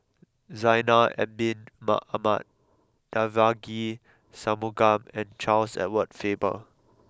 Zainal Abidin Ahmad Devagi Sanmugam and Charles Edward Faber